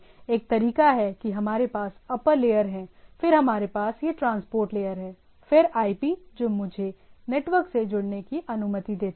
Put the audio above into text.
एक तरीका है कि हमारे पास अप्पर लेयर हैं फिर हमारे पास यह ट्रांसपोर्ट लेयर है फिर आईपी जो मुझे नेटवर्क से जुड़ने की अनुमति देता है